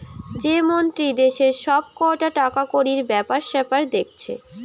যে মন্ত্রী দেশের সব কটা টাকাকড়ির বেপার সেপার দেখছে